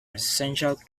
residential